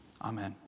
amen